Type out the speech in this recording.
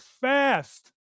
fast